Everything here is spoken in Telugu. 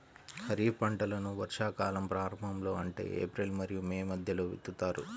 ఖరీఫ్ పంటలను వర్షాకాలం ప్రారంభంలో అంటే ఏప్రిల్ మరియు మే మధ్యలో విత్తుతారు